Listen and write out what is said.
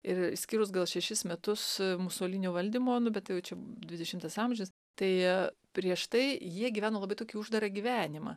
ir išskyrus gal šešis metus musolinio valdymo nu bet tai jau čia dvidešimtas amžius tai prieš tai jie gyveno labai tokį uždarą gyvenimą